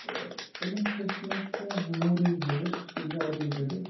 تہٕ تِمَن سۭتۍ چھِ مےٚ کینٛہہ میٚموریٖز جُڑِتھ کینٛہہ یادے جُڑِتھ